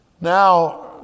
Now